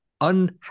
un